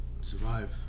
Survive